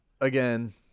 again